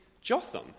Jotham